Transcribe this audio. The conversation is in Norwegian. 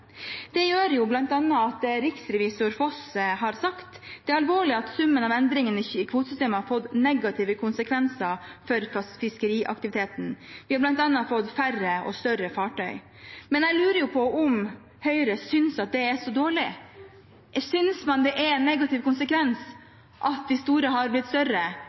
Det gjør bl.a. at riksrevisor Foss har sagt: «Det er alvorlig at summen av endringene i kvotesystemet har fått negative konsekvenser for fiskeriaktiviteten. Vi har blant annet fått færre og større fartøy.» Jeg lurer på om Høyre synes det er så dårlig. Synes man det er en negativ konsekvens at de store er blitt større,